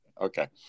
okay